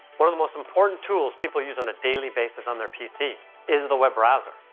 one of the most important tools people use on a daily basis on their pc is the web browser.